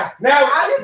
Now